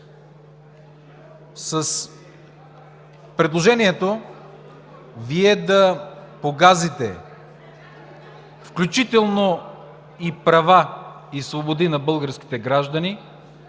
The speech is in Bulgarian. С предложението Ви да погазите включително и права, и свободи на българските граждани,